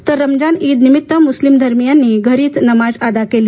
तर रमजान ईद निमित्त मुस्लिम धर्मियांनी घरीच नमाज अदा केली